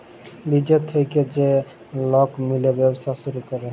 লিজের থ্যাইকে যে লক মিলে ব্যবছা ছুরু ক্যরে